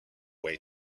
way